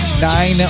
nine